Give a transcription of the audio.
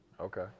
Okay